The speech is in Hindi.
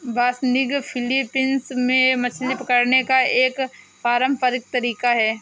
बासनिग फिलीपींस में मछली पकड़ने का एक पारंपरिक तरीका है